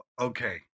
okay